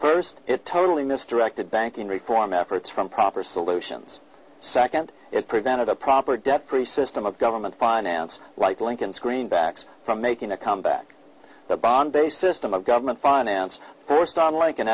first it totally misdirected banking reform efforts from proper solutions second it prevented a proper debt precision of a government finance like lincoln's greenbacks from making a comeback the bond based system of government financed forced on like an